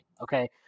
okay